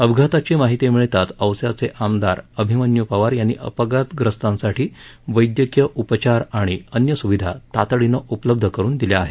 अपघाताची माहिती मिळताच औस्याचे आमदार अभिमन्यू पवार यांनी अपघातग्रस्तांसाठी वैद्यकीय उपचार आणि अन्य सुविधा तातडीनं उपलब्ध करुन दिल्या आहेत